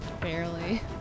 Barely